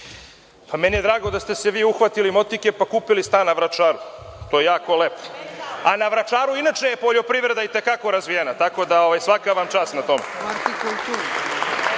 Meni je drago da ste se vi uhvatili motike, pa kupili stan na Vračaru. To je jako lepo, a na Vračaru je poljoprivreda i te kako razvijena, tako da vam svaka čast na tome.